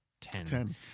Ten